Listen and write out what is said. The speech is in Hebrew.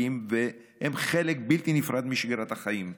והם חלק בלתי נפרד משגרת החיים בפנימיות.